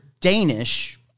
Danish